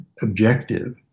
objective